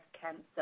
cancer